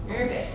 mm